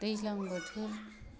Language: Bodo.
दैज्लां बोथोर